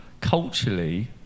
Culturally